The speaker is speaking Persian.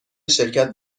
شرکت